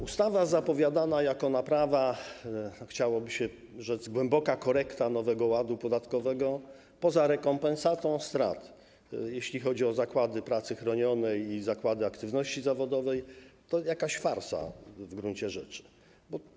Ustawa zapowiadana jako naprawa, chciałoby się rzec, głęboka korekta Nowego Ładu podatkowego poza rekompensatą strat, jeśli chodzi o zakłady pracy chronionej i zakłady aktywności zawodowej, to w gruncie rzeczy jakaś farsa.